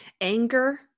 anger